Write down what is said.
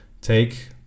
take